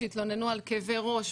שהתלוננו על כאבי ראש,